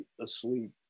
asleep